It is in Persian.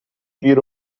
گیر